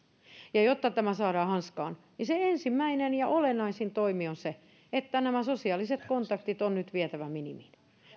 jotta tämä saadaan hanskaan niin se ensimmäinen ja olennaisin toimi on se että sosiaaliset kontaktit on nyt vietävä minimiin